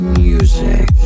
music